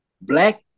black